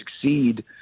succeed